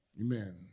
Amen